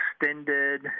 extended